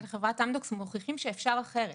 כן, בחברת אמדוקס מוכיחים שאפשר אחרת.